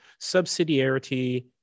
subsidiarity